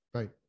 Right